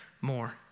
more